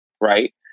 right